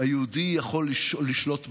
היהודי יכול לשלוט בגורלו.